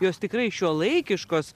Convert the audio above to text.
jos tikrai šiuolaikiškos